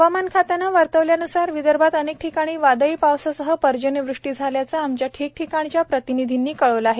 हवामान खात्यानं वर्तवल्यानुसार विदर्भात अनेक ठिकाणी वादळी पावससह पर्जन्य वृष्टी झाल्याचं आमच्या ठिकठिकाणच्या प्रतनिधींनी कळवळा आहे